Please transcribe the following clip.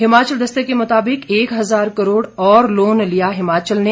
हिमाचल दस्तक के मुताबिक एक हजार करोड़ और लोन लिया हिमाचल ने